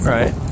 Right